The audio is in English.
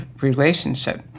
relationship